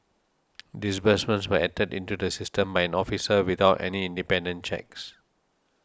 disbursements were entered into the system by an officer without any independent checks